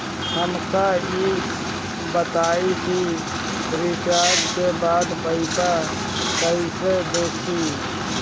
हमका ई बताई कि रिचार्ज के बाद पइसा कईसे देखी?